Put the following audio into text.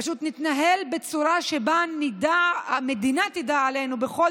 פשוט נתנהל בצורה שבה המדינה תדע עלינו בכל